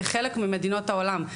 בחלק ממדינות העולם,